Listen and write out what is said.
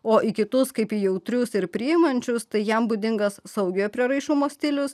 o į kitus kaip į jautrius ir priimančius tai jam būdingas saugiojo prieraišumo stilius